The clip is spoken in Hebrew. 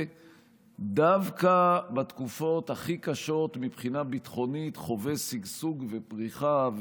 שדווקא בתקופות הכי קשות מבחינה ביטחונית האזור חווה שגשוג ופריחה,